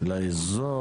הוא לאזור,